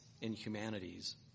inhumanities